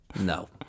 No